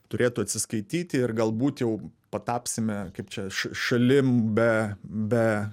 turėtų atsiskaityti ir gal būt jau patapsime kaip čia šalim be be